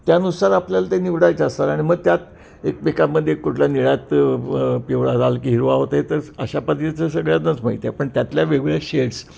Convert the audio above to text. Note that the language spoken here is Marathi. त्यानुसार आपल्याला ते निवडायचे असतात आणि मग त्यात एकमेकांमध्ये कुठल्या निळ्यात पिवळा लाल की हिरवा होते तर अशा पद्धतीचं सगळ्यांनाच माहीत आहे पण त्यातल्या वेगवेगळ्या शेड्स